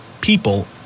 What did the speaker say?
people